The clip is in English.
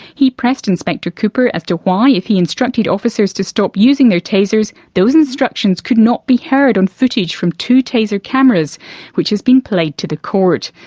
he pressed inspector cooper as to why, if he instructed officers to stop using their tasers, those instructions could not be heard on footage from two taser cameras which has been played to the court.